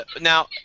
now